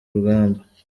rugamba